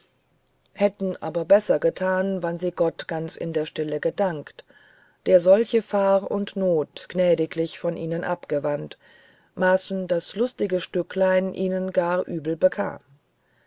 hätten aber besser gethan wann sy gott ganz in der still gedankt der solche fahr und noth gnädiglich von jnn abgewandt maaßen das lustig stücklein jnn gar übel bekam